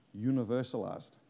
universalized